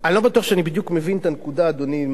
אני לא בטוח שאני בדיוק מבין את הנקודה, אדוני.